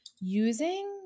using